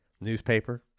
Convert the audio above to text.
newspaper